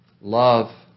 love